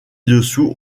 dessous